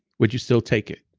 would you still take it?